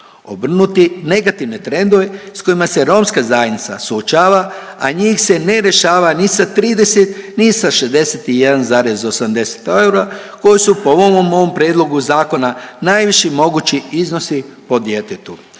obrnuti negativne trendove s kojima se romska zajednica suočava, a njih se ne rješava ni sa 30 ni sa 61,80 eura, koji su po ovom mom prijedlogu zakona najviši mogući iznosi po djetetu